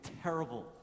terrible